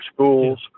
schools